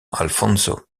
alfonso